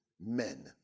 men